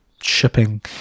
shipping